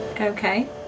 Okay